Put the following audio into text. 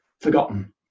forgotten